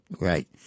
right